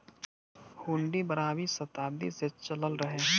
हुन्डी बारहवीं सताब्दी से चलल रहे